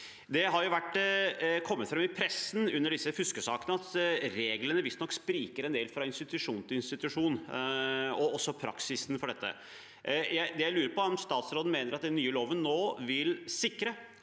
Det har kommet fram i pressen under disse fuskesakene at reglene visstnok spriker en del fra institusjon til institusjon – og også praksisen for dette. Jeg lurer på om statsråden mener at den nye loven nå vil sikre